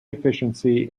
efficiency